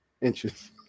inches